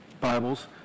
Bibles